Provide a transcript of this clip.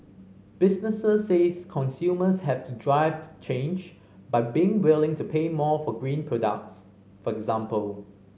businesses says consumers have to drive to change by being willing to pay more for green products for example